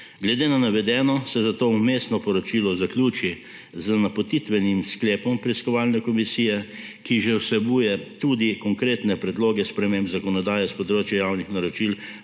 Glede na navedeno se zato vmesno poročilo zaključi z napotitvenim sklepom preiskovalne komisije, ki že vsebuje tudi konkretne predloge sprememb zakonodaje s področja javnih naročil